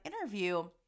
interview